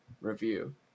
review